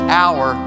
hour